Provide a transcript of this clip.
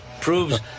proves